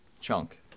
Chunk